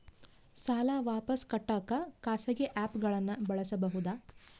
ಸಾಲ ವಾಪಸ್ ಕಟ್ಟಕ ಖಾಸಗಿ ಆ್ಯಪ್ ಗಳನ್ನ ಬಳಸಬಹದಾ?